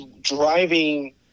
driving